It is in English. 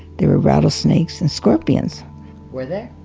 there were rattlesnakes and scorpions were there?